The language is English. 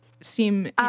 seem